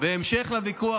בהמשך לוויכוח,